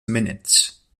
minutes